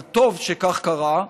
אבל טוב שכך קרה.